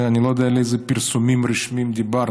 אני לא יודע על איזה פרסומים רשמיים דיברת.